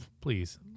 please